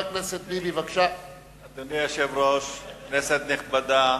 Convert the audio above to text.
אדוני היושב-ראש, כנסת נכבדה,